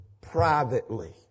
privately